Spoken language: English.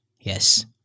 Yes